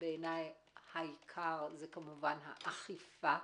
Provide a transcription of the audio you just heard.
בעיניי, העיקר זה האכיפה,